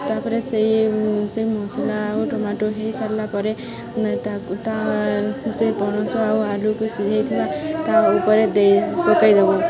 ତା'ପରେ ସେଇ ସେଇ ମସଲା ଆଉ ଟମାଟୋ ହେଇସାରିଲା ପରେ ତାକୁ ତା ସେ ପଣସ ଆଉ ଆଳୁକୁ ସିଝାଇ ଥାଏ ତା ଉପରେ ଦେଇ ପକାଇ ଦବୁ